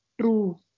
True